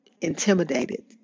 intimidated